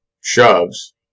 shoves